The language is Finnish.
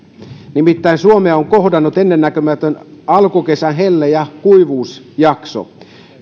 nimittäin suomea on kohdannut ennennäkemätön alkukesän helle ja kuivuusjakso